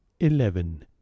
eleven